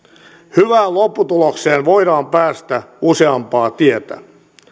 hyvään lopputulokseen voidaan päästä useampaa tietä